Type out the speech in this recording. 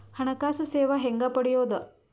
ಹಣಕಾಸು ಸೇವಾ ಹೆಂಗ ಪಡಿಯೊದ?